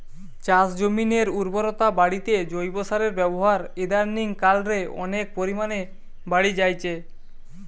চাষজমিনের উর্বরতা বাড়িতে জৈব সারের ব্যাবহার ইদানিং কাল রে অনেক পরিমাণে বাড়ি জাইচে